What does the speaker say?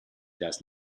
does